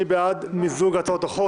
מי בעד מיזוג הצעות החוק